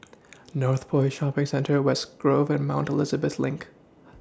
Northpoint Shopping Centre West Grove and Mount Elizabeth LINK